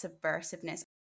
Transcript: subversiveness